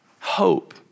hope